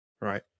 right